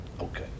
Okay